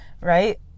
right